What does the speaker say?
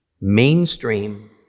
mainstream